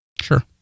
Sure